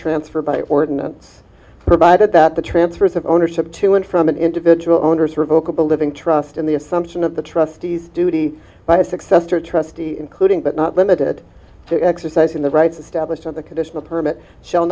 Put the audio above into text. transfer by ordinance provided that the transfers of ownership to and from an individual owners revokable living trust in the assumption of the trustees duty by his successor trustee including but not limited to exercising the rights of stablish on the conditional permit shall